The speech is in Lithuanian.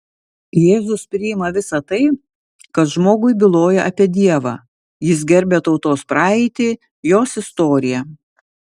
jėzus priima visa tai kas žmogui byloja apie dievą jis gerbia tautos praeitį jos istoriją